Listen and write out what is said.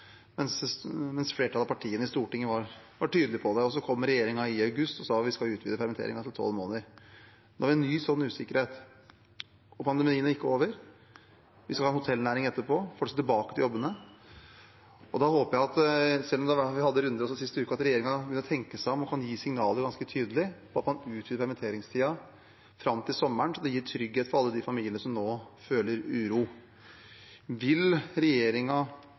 mens flertallet av partiene på Stortinget var tydelig på det. Så kom regjeringen i august og sa de skulle utvide permitteringen til 12 måneder. Nå har vi en ny sånn usikkerhet. Pandemien er ikke over. Vi skal ha en hotellnæring etterpå, folk skal tilbake til jobbene. Da håper jeg, selv om vi hadde runder også den siste uken, at regjeringen begynner å tenke seg om og kan gi signaler ganske tydelig om at man utvider permitteringstiden fram til sommeren, så det gir trygghet for alle de familiene som nå føler uro. Vil